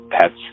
pets